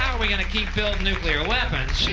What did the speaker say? we gonna keep building nuclear weapons,